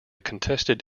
contested